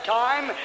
time